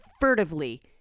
furtively